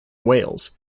wales